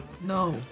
No